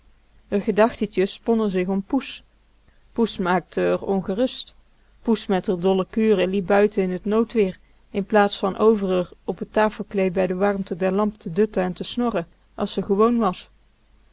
r gedachtetjes sponnen zich om poes poes maakte r ongerust poes met r dolle kuren liep buiten in t noodweer in plaats van over r op t tafelkleed bij de warmte der lamp te dutten en te snorren as ze gewoon was